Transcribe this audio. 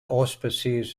auspices